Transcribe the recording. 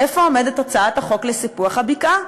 איפה עומדת הצעת החוק לסיפוח הבקעה?